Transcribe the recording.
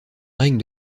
règne